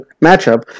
matchup